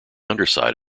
underside